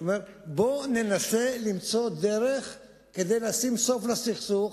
שאומר: בואו ננסה למצוא דרך לשים סוף לסכסוך,